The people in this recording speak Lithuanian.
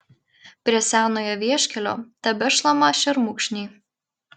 prie senojo vieškelio tebešlama šermukšniai